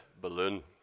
balloon